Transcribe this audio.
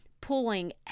pulling